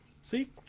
See